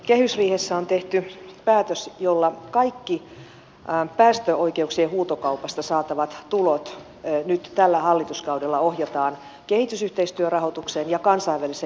kehysriihessä on tehty päätös jolla kaikki päästöoikeuksien huutokaupasta saatavat tulot nyt tällä hallituskaudella ohjataan kehitysyhteistyörahoitukseen ja kansainväliseen ilmastorahoitukseen